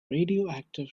radioactive